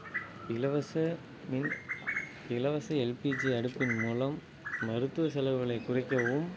இலவச மின் இலவச எல்பிஜி அடுப்பின் மூலம் மருத்துவ செலவுகளை குறைக்கவும்